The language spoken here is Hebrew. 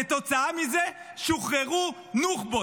כתוצאה מזה שוחררו נוח'בות.